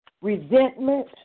resentment